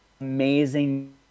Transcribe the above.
amazing